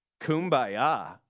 Kumbaya